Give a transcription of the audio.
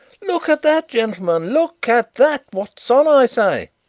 look at that, gentlemen look at that. what's on, i say?